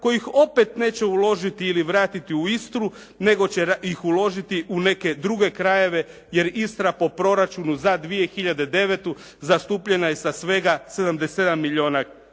kojih opet neće uložiti ili vratiti u Istru nego će ih uložiti u neke druge krajeve jer Istra po proračunu za 2009. zastupljena je sa svega 77 milijuna kuna.